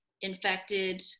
infected